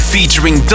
Featuring